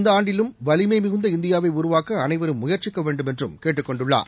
இந்த ஆண்டிலும் வலிமை மிகுந்த இந்தியாவை உருவாக்க அனைவரும் முயற்சிக்க வேண்டுமென்றும் கேட்டுக் கொண்டுள்ளார்